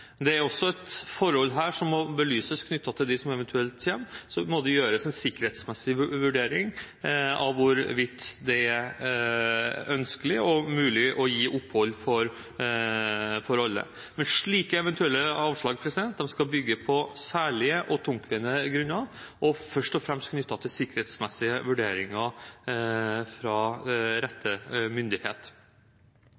Det er også et forhold her som må belyses knyttet til dem som eventuelt kommer: Det må gjøres en sikkerhetsmessig vurdering av hvorvidt det er ønskelig og mulig å gi opphold for alle. Men slike eventuelle avslag skal bygge på «særlige og tungtveiende grunner» og først og fremst knyttet til sikkerhetsmessige vurderinger fra rette myndighet.